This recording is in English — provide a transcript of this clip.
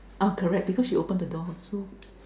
uh correct because you open the door so